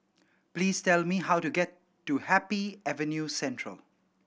please tell me how to get to Happy Avenue Central